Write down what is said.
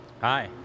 Hi